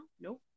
Nope